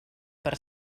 per